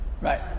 Right